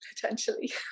potentially